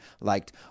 liked